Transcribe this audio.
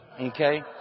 Okay